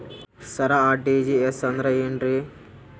ಸರ RTGS ಅಂದ್ರ ಏನ್ರೀ?